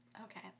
Okay